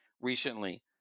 recently